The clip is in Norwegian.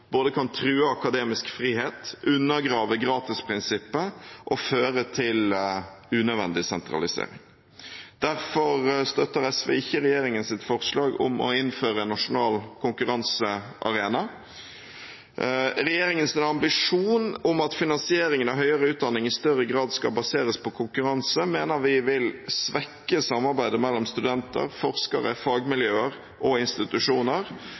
både kan true akademisk frihet, undergrave gratisprinsippet og føre til unødvendig sentralisering. Derfor støtter SV ikke regjeringens forslag om å innføre en nasjonal konkurransearena. Regjeringens ambisjon om at finansiering av høyere utdanning i større grad skal baseres på konkurranse, mener vi vil svekke samarbeidet mellom studenter, forskere, fagmiljøer og institusjoner